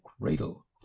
cradle